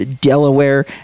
Delaware